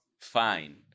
fine